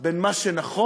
בין מה שנכון